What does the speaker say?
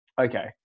Okay